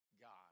god